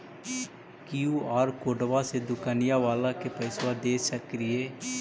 QR कोडबा से दुकनिया बाला के पैसा दे सक्रिय?